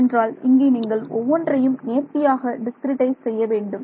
ஏனென்றால் இங்கே நீங்கள் ஒவ்வொன்றையும் நேர்த்தியாக டிஸ்கிரிட்டைஸ் செய்ய வேண்டும்